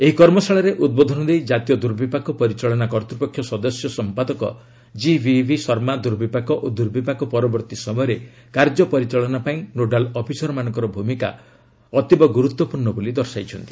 ଏହି କର୍ମଶାଳାରେ ଉଦ୍ବୋଧନ ଦେଇ ଜାତୀୟ ଦୁର୍ବିପାକ ପରିଚାଳନା କର୍ତ୍ତ୍ୱପକ୍ଷ ସଦସ୍ୟ ସମ୍ପାଦକ ଜିଭିଭି ଶର୍ମା ଦୁର୍ବିପାକ ଓ ଦୁର୍ବିପାକ ପରବର୍ତ୍ତୀ ସମୟରେ କାର୍ଯ୍ୟ ପରିଚାଳନା ପାଇଁ ନୋଡ଼ାଲ୍ ଅଫିସରମାନଙ୍କ ଭୂମିକା ଅତୀବ ଗୁରୁତ୍ୱପୂର୍ଷ୍ଣ ବୋଲି ଦର୍ଶାଇଛନ୍ତି